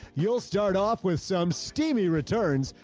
you'll start off with some steamy returns.